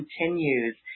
continues